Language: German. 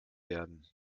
werden